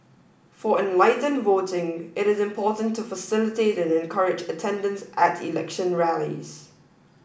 for enlightened voting it is important to facilitate and encourage attendance at election rallies